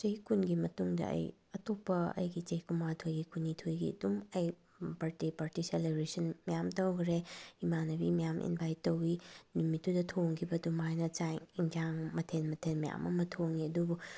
ꯆꯍꯤ ꯀꯨꯟꯒꯤ ꯃꯇꯨꯡꯗ ꯑꯩ ꯑꯇꯣꯞꯄ ꯑꯩꯒꯤ ꯆꯍꯤ ꯀꯨꯟꯃꯥꯊꯣꯏꯒꯤ ꯀꯨꯟꯅꯤꯊꯣꯏꯒꯤ ꯑꯗꯨꯝ ꯑꯩ ꯕꯥꯔꯗꯦ ꯄꯥꯔꯇꯤ ꯁꯦꯂꯦꯕ꯭ꯔꯦꯁꯟ ꯃꯌꯥꯝ ꯇꯧꯈ꯭ꯔꯦ ꯏꯃꯥꯟꯅꯕꯤ ꯃꯌꯥꯝ ꯏꯟꯚꯥꯏꯠ ꯇꯧꯋꯤ ꯅꯨꯃꯤꯠꯇꯨꯗ ꯊꯣꯡꯈꯤꯕ ꯑꯗꯨꯃꯥꯏꯅ ꯆꯥꯛ ꯑꯦꯟꯁꯥꯡ ꯃꯊꯦꯜ ꯃꯊꯦꯜ ꯃꯌꯥꯝ ꯑꯃ ꯊꯣꯡꯉꯦ ꯑꯗꯨꯕꯨ